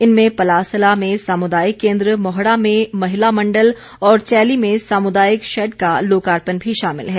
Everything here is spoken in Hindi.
इनमें पलासला में सामुदायिक केंद्र मौहड़ा में महिला मंडल और चैली में सामुदायिक शैड का लोकार्पण भी शामिल है